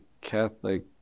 catholic